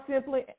simply